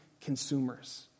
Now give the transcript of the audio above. consumers